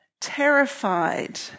terrified